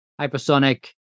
hypersonic